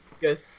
good